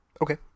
Okay